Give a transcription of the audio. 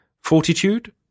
Fortitude